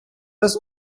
раз